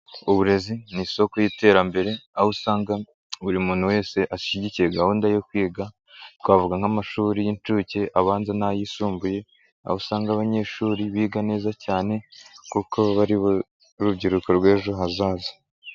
Uburezi ni isoko y'iterambere aho usanga buri muntu wese ashyigikiye gahunda yo kwiga, twavuga nk'amashuri y'incuke, abanza n'ayisumbuye aho usanga abanyeshuri biga neza cyane kuko aba ari bo rubyiruko rw'ejo hazaza.